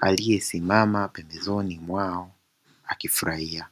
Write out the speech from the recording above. aliyesimama pembeni mwao akifurahia.